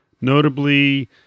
notably